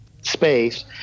space